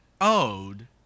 owed